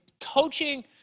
coaching